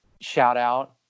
shout-out